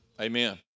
Amen